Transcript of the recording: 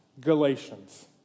Galatians